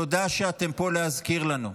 תודה שאתם פה להזכיר לנו,